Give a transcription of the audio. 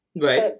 Right